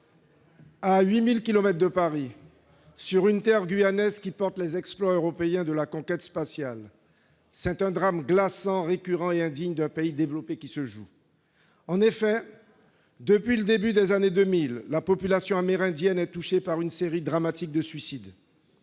à 8 000 kilomètres de Paris, sur une terre guyanaise qui porte les exploits européens de la conquête spatiale, c'est un drame glaçant, récurrent et indigne d'un pays développé qui se joue. En effet, depuis le début des années 2000, la population amérindienne est touchée par une série dramatique de suicides.